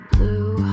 Blue